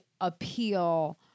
appeal